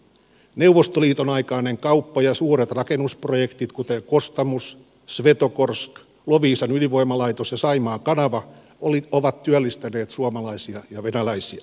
neuvostoliiton aikainen kauppa ja suuret rakennusprojektit kuten kostamus svetogorsk loviisan ydinvoimalaitos ja saimaan kanava ovat työllistäneet suomalaisia ja venäläisiä